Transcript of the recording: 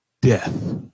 death